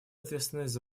ответственность